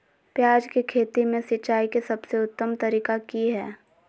प्याज के खेती में सिंचाई के सबसे उत्तम तरीका की है?